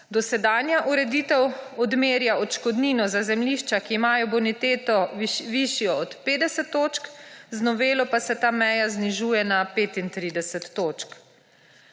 Dosedanja ureditev odmerja odškodnino za zemljišča, ki imajo boniteto, višjo od 50 točk, z novelo pa se ta meja znižuje na 35 točk.